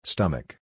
Stomach